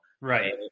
Right